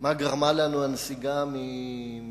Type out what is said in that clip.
מה גרמה לנו הנסיגה מרצועת-עזה,